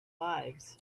lives